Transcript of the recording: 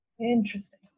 Interesting